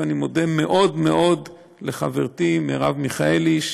ואני מודה מאוד מאוד לחברתי מרב מיכאלי,